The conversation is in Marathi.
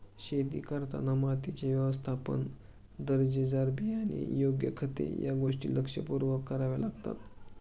शेती करताना मातीचे व्यवस्थापन, दर्जेदार बियाणे, योग्य खते या गोष्टी लक्षपूर्वक कराव्या लागतात